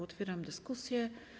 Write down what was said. Otwieram dyskusję.